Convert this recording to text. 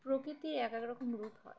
প্রকৃতির এক এক রকম রূপ হয়